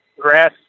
grass